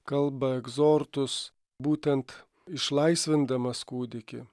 kalba egzortus būtent išlaisvindamas kūdikį